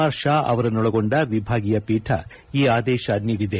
R Shah ಅವರನ್ನೊಳಗೊಂಡ ವಿಭಾಗೀಯ ಪೀಠ ಈ ಆದೇಶ ನೀಡಿದೆ